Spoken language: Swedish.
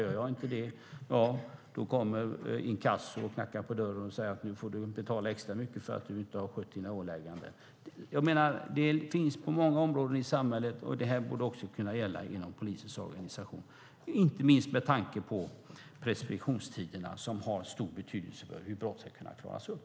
Gör jag inte det kommer inkasso och knackar på dörren och säger att nu får du betala extra mycket för att du inte har skött dina ålägganden. Jag menar att det finns på många områden i samhället. Det borde också kunna gälla inom polisens organisation, inte minst med tanke på preskriptionstiderna, som har stor betydelse för hur brott ska kunna klaras upp.